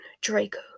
Draco